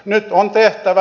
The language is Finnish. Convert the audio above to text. nyt on tehtävä